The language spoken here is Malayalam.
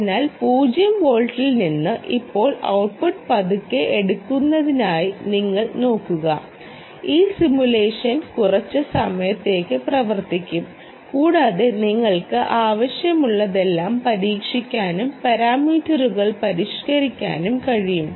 അതിനാൽ 0 വോൾട്ടിൽ നിന്ന് ഇപ്പോൾ ഔട്ട്പുട്ട് പതുക്കെ എടുക്കുന്നതായി നിങ്ങൾ നോക്കുക ഈ സിമുലേഷൻ കുറച്ച് സമയത്തേക്ക് പ്രവർത്തിക്കും കൂടാതെ നിങ്ങൾക്ക് ആവശ്യമുള്ളതെല്ലാം പരീക്ഷിക്കാനും പാരാമീറ്ററുകൾ പരിഷ്ക്കരിക്കാനും കഴിയും